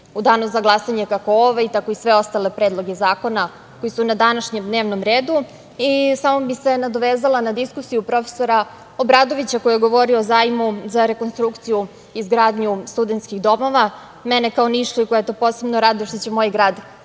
u danu za glasanje kako ovaj, tako i sve ostale predloge zakona koji su na današnje dnevnom redu. Samo bih se nadovezala na diskusiju profesora Obradovića, koji je govorio o zajmu za rekonstrukciju i izgradnju studenskih domova. Mene kao Nišlijku posebno raduje što će moj grad